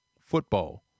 football